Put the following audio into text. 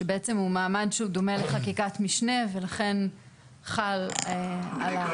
שבעצם הוא מעמד שהוא דומה לחקיקת משנה ולכן חל עליו.